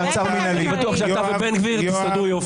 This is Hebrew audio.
מעצר מנהלי --- אני בטוח שאתה ובן גביר תסתדרו יופי.